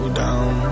down